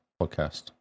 podcast